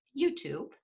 YouTube